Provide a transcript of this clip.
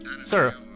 Sir